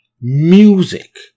music